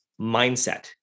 mindset